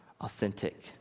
authentic